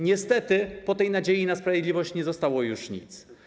Niestety po tej nadziei na sprawiedliwość nie zostało już nic.